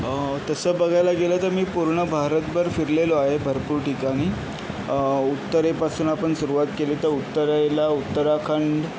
तसं बघायला गेलं तर मी पूर्ण भारतभर फिरलेलो आहे भरपूर ठिकाणी उत्तरेपासून जर आपण सुरूवात केली तर उत्तरेला उत्तराखंड